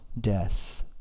death